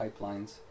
pipelines